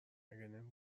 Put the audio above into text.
نمی